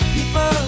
People